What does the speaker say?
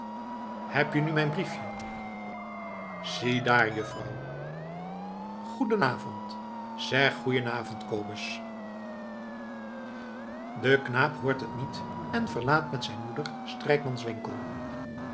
heb je nu mijn briefje ziedaar juffrouw goeien avond zeg goeien avond kobus de knaap hoort het niet en verlaat met zijn moeder strijkmans winkel